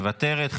מוותרת,